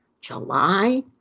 July